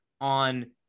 on